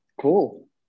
Cool